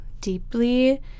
deeply